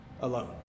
alone